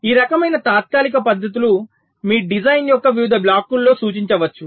ఈ రకమైన తాత్కాలిక పద్ధతులు మీ డిజైన్ యొక్క వివిధ బ్లాక్లలో సూచించవచ్చు